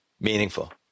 Meaningful